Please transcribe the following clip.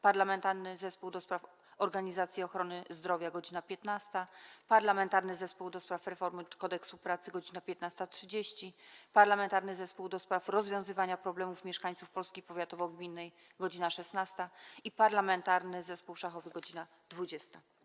Parlamentarnego Zespołu ds. Organizacji Ochrony Zdrowia - godz. 15, - Parlamentarnego Zespołu ds. Reformy Kodeksu Pracy - godz. 15.30, - Parlamentarnego Zespołu ds. rozwiązywania problemów mieszkańców „Polski powiatowo-gminnej” - godz. 16, - Parlamentarnego Zespołu Szachowego - godz. 20.